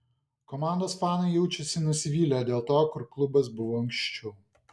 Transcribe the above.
komandos fanai jaučiasi nusivylę dėl to kur klubas buvo anksčiau